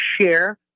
share